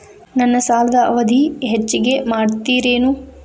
ನನ್ನ ಸಾಲದ ಅವಧಿ ಹೆಚ್ಚಿಗೆ ಮಾಡ್ತಿರೇನು?